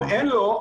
אם אין לו,